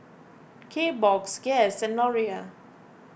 Kbox Guess and Laurier